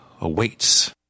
awaits